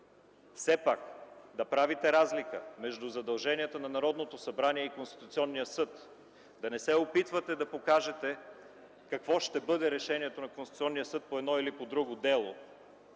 все пак да правите разлика между задълженията на Народното събрание и Конституционния съд. Да не се опитвате да покажете какво ще бъде решението на Конституционния съд по едно или по друго дело